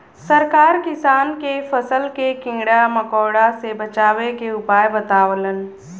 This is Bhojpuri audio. सरकार किसान के फसल के कीड़ा मकोड़ा से बचावे के उपाय बतावलन